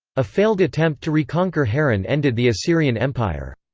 a failed attempt to reconquer harran ended the assyrian empire.